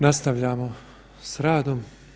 Nastavljamo s radom.